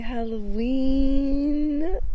Halloween